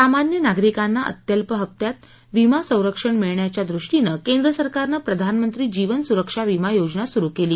सामान्य नागरिकांना अत्यल्प हप्त्यात विमा संरक्षण मिळण्याच्या दृष्टीने केंद्र सरकारने प्रधानमंत्री जीवन सुरक्षा विमा योजना केली